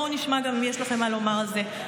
בואו נשמע גם אם יש לכם מה לומר על זה,